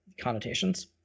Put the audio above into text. connotations